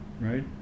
right